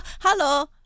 Hello